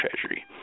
Treasury